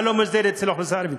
הלא-מוסדרת באוכלוסייה הערבית.